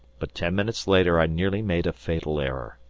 but ten minutes later i nearly made a fatal error.